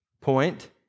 point